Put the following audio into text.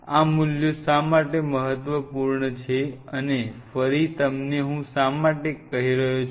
આ મૂલ્યો શા માટે મહત્વપૂર્ણ છે અને ફરી તમને હું શા માટે કહી રહ્યો છું